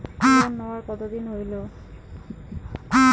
Loan নেওয়ার কতদিন হইল?